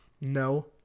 No